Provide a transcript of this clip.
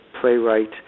playwright